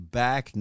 back